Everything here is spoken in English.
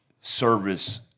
service